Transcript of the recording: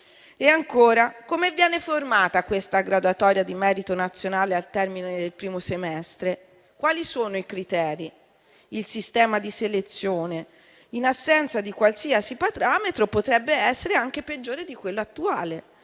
E ancora, come viene formata questa graduatoria di merito nazionale al termine del primo semestre? Quali sono i criteri e il sistema di selezione? In assenza di qualsiasi parametro, potrebbe essere anche peggiore di quello attuale